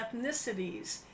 ethnicities